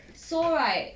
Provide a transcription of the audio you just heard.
so right